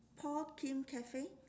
paul kim cafe